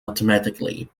automatically